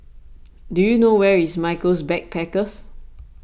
do you know where is Michaels Backpackers